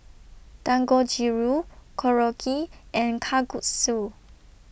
Dangojiru Korokke and Kalguksu